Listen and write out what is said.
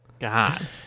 God